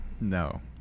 No